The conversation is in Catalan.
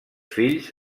fills